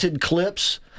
clips